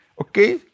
okay